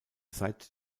seit